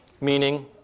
Meaning